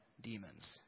demons